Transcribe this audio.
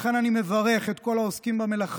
לכן אני מברך את כל העוסקים במלאכה,